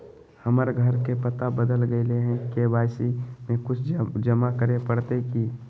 हमर घर के पता बदल गेलई हई, के.वाई.सी में कुछ जमा करे पड़तई की?